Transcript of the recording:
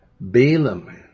Balaam